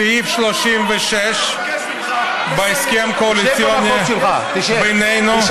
סעיף 36 בהסכם הקואליציוני בינינו,